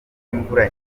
imvura